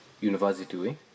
University